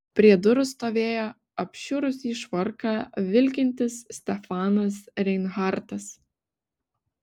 prie durų stovėjo apšiurusį švarką vilkintis stefanas reinhartas